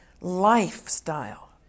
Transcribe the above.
lifestyle